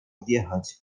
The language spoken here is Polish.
odjechać